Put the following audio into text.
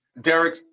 Derek